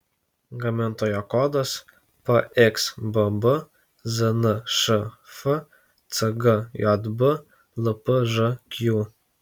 gamintojo kodas pxbb znšf cgjb lpžq